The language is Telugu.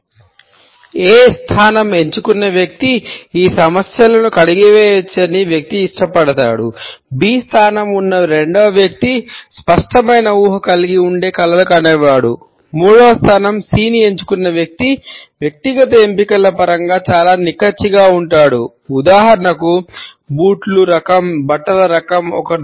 A అనే పేరును ఎంచుకున్న వ్యక్తి ఒక వైఖరిని లేదా దృశ్యమాన మొదలైనదాని గురించి వ్యక్తి ఎంపిక చేసుకుంటారు